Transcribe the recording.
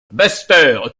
buster